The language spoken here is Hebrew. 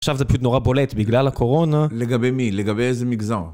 עכשיו זה פשוט נורא בולט בגלל הקורונה. לגבי מי? לגבי איזה מגזר?